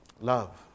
love